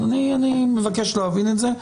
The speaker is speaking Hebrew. אני מבקש להבין את זה.